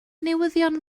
newyddion